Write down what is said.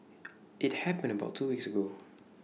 IT happened about two weeks ago